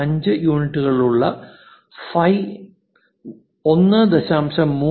005 യൂണിറ്റുകളുള്ള ഫൈ 1